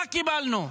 מה קיבלנו?